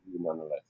nonetheless